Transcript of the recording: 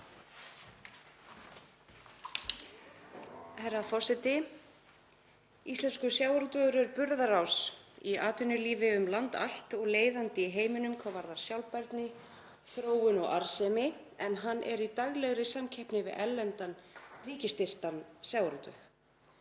Herra forseti. Íslenskur sjávarútvegur er burðarás í atvinnulífi um land allt og leiðandi í heiminum hvað varðar sjálfbærni, þróun og arðsemi, en hann er í daglegri samkeppni við erlendan ríkisstyrktan sjávarútveg.